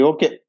Okay